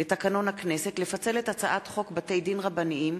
לתקנון הכנסת, לפצל את הצעת חוק בתי-דין רבניים